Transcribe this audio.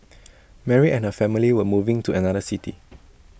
Mary and her family were moving to another city